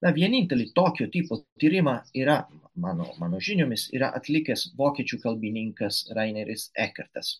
tą vienintelį tokio tipo tyrimą yra mano mano žiniomis yra atlikęs vokiečių kalbininkas raineris ekertas